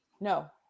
no